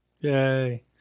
yay